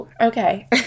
okay